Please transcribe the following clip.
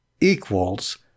equals